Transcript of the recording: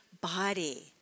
body